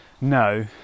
No